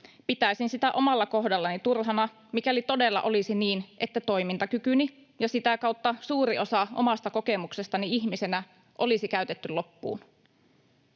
pitäisin sitä omalla kohdallani turhana, mikäli todella olisi niin, että toimintakykyni ja sitä kautta suuri osa omasta kokemuksestani ihmisenä olisi käytetty loppuun.